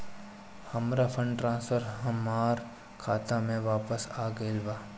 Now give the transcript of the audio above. हमर fund transfer हमर खाता में वापस आ गईल बा